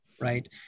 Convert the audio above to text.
right